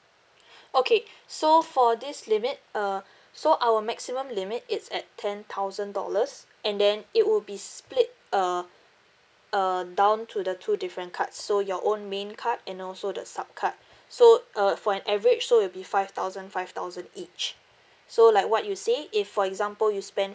okay so for this limit uh so our maximum limit is at ten thousand dollars and then it would be split uh uh down to the two different cards so your own main card and also the sub card so uh for an average so it'll be five thousand five thousand each so like what you say if for example you spend